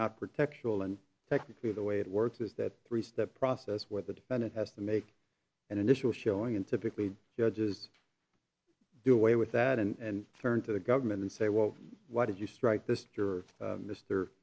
not protect children technically the way it works is that three step process where the defendant has to make an initial showing in typically judges do away with that and third to the government and say well why did you